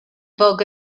bug